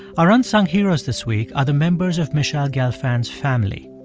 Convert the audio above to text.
our unsung heroes this week are the members of michele gelfand's family.